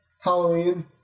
Halloween